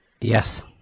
Yes